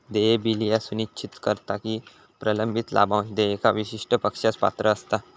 देय बिल ह्या सुनिश्चित करता की प्रलंबित लाभांश देयका विशिष्ट पक्षास पात्र असता